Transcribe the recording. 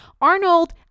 Arnold